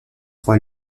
roi